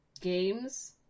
games